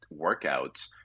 workouts